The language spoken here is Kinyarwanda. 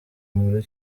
muri